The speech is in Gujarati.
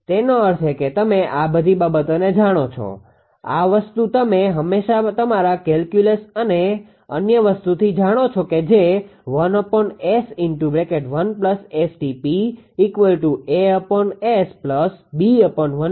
તેનો અર્થ એ કે તમે આ બધી બાબતોને જાણો છો આ વસ્તુ તમે હંમેશા તમારા કેલ્ક્યુલસ અને અન્ય વસ્તુથી જાણો છો કે જે છે